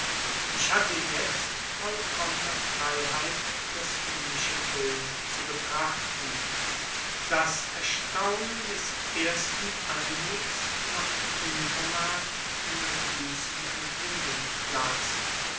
ich hatte jetzt vollkommene freiheit das himmlische bild zu betrachten das erstaunen des ersten anblicks machte unvermerkt einer süßen empfindung platz